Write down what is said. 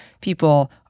people